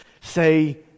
say